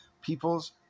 peoples